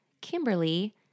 Kimberly